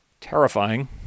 terrifying